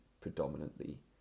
predominantly